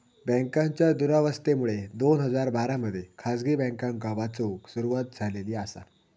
बँकांच्या दुरावस्थेमुळे दोन हजार बारा मध्ये खासगी बँकांका वाचवूक सुरवात झालेली आसा